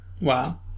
Wow